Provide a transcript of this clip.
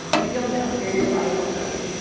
um but you'll know. your your body will tell you,